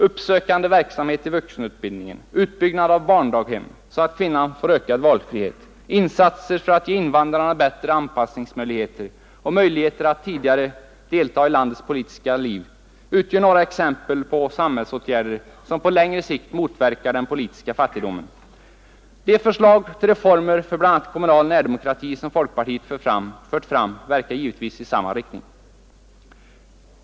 Uppsökande verksamhet i vuxenutbildningen, utbyggnad av barndaghem så att kvinnan får ökad valfrihet, insatser för att ge invandrarna bättre anpassningsmöjligheter och möjligheter att tidigare delta i landets politiska liv utgör några exempel på samhällsåtgärder som på längre sikt motverkar den politiska fattigdomen. De förslag till reformer för bl.a. kommunal närdemokrati som folkpartiet fört fram verkar givetvis i samma riktning.